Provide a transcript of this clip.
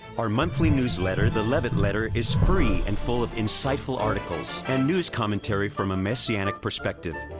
our monthly newsletter, the levitt letter is free and full of insightful articles and news commentary from a messianic perspective.